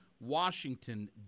Washington